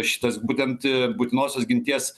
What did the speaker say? šitas būtent būtinosios ginties